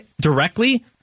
directly